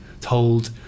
told